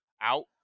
out